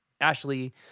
Ashley